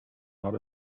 not